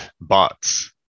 bots